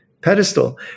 pedestal